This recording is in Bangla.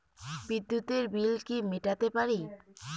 বিদ্যুতের বিল কি মেটাতে পারি?